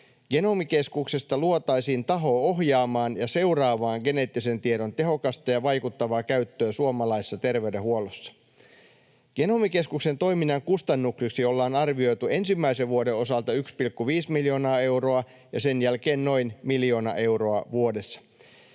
Genomikeskuksesta luotaisiin taho ohjaamaan ja seuraamaan geneettisen tiedon tehokasta ja vaikuttavaa käyttöä suomalaisessa terveydenhuollossa. Genomikeskuksen toiminnan kustannuksiksi ollaan arvioitu ensimmäisen vuoden osalta 1,5 miljoonaa euroa ja sen jälkeen noin miljoona euroa vuodessa.